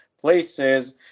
places